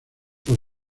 los